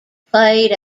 played